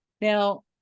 now